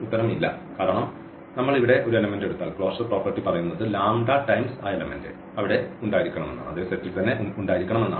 ഉത്തരം ഇല്ല കാരണം നമ്മൾ ഇവിടെ ഒരു എലമെന്റ് എടുത്താൽ ക്ലോഷർ പ്രോപ്പർട്ടി പറയുന്നത് ടൈംസ് ആ എലമെന്റ് അവിടെ ഉണ്ടായിരിക്കണമെന്നാണ്